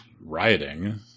rioting